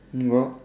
what